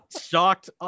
shocked